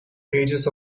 pages